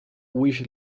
which